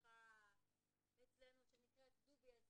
שנבחר לראש עיריית